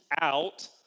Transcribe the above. out